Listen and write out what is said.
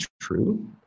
true